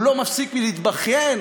הוא לא מפסיק להתבכיין